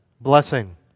blessing